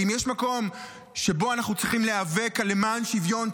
כי אם יש מקום שבו אנחנו צריכים למען שוויון,